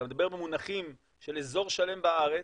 אתה מדבר במונחים של אזור שלם בארץ,